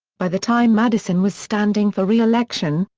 by the time madison was standing for reelection,